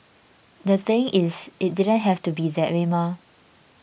the thing is it didn't have to be that way mah